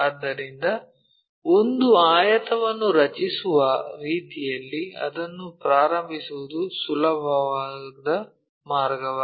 ಆದ್ದರಿಂದ ಒಂದು ಆಯತವನ್ನು ರಚಿಸುವ ರೀತಿಯಲ್ಲಿ ಅದನ್ನು ಪ್ರಾರಂಭಿಸುವುದು ಸುಲಭವಾದ ಮಾರ್ಗವಾಗಿದೆ